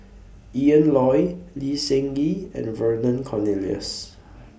Ian Loy Lee Seng Gee and Vernon Cornelius